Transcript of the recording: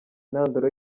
intandaro